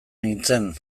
nintzen